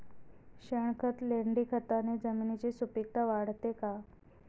शेणखत, लेंडीखताने जमिनीची सुपिकता वाढते का?